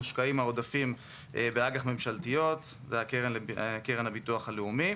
מושקעים העודפים באג"ח ממשלתיות (קרן הביטוח הלאומי).